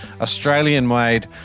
Australian-made